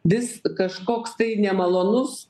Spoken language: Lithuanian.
vis kažkoks tai nemalonus